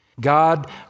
God